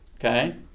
okay